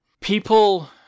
people